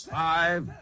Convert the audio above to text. five